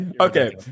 Okay